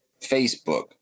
Facebook